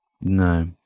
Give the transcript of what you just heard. No